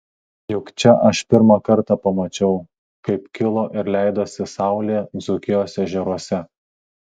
juk čia aš pirmą kartą pamačiau kaip kilo ir leidosi saulė dzūkijos ežeruose